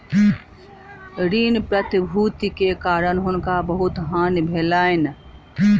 ऋण प्रतिभूति के कारण हुनका बहुत हानि भेलैन